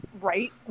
right